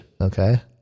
Okay